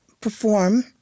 perform